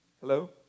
Hello